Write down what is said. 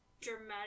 dramatic